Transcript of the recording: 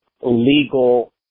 legal